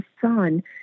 son